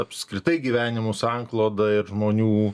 apskritai gyvenimo sankloda ir žmonių